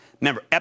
Remember